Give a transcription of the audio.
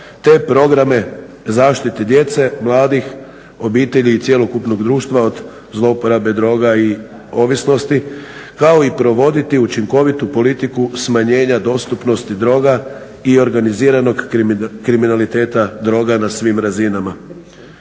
te programe zaštite djece, mladih, obitelji i cjelokupnog društva od zlouporabe droga i ovisnosti, kao i provoditi učinkovitu politiku smanjenja dostupnosti droga i organiziranog kriminaliteta droga na svim razinama.